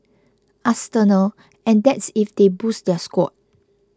arsenal and that's if they boost their squad